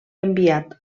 enviat